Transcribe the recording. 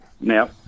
Now